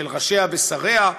של ראשה ושריה,